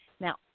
Now